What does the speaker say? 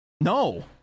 no